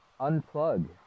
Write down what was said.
Unplug